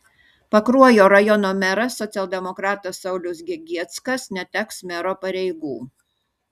pakruojo rajono meras socialdemokratas saulius gegieckas neteks mero pareigų